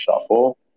shuffle